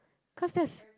because that's